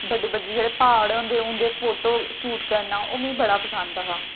बड्डी बड्डी जेह्ड़े प्हाड़ होंदे उं'दे फोटू शूट करना ओह् मिगी बड़ा पसंद हा